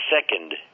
second